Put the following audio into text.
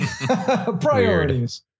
priorities